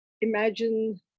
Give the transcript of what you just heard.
imagine